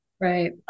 Right